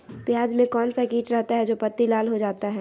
प्याज में कौन सा किट रहता है? जो पत्ती लाल हो जाता हैं